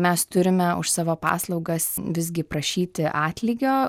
mes turime už savo paslaugas visgi prašyti atlygio